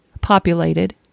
populated